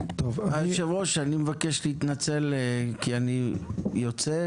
יושב הראש, אני מבקש להתנצל כי אני יוצא.